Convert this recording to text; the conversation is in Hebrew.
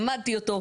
למדתי אותו,